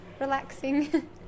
relaxing